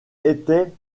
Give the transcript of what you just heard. était